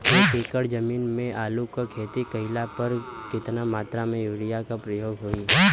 एक एकड़ जमीन में आलू क खेती कइला पर कितना मात्रा में यूरिया क प्रयोग होई?